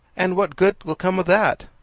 and what good will come of that?